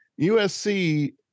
USC